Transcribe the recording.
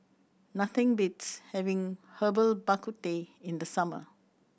nothing beats having Herbal Bak Ku Teh in the summer